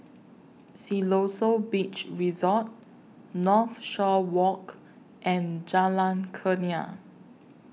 Siloso Beach Resort Northshore Walk and Jalan Kurnia